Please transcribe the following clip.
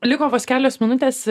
liko vos kelios minutės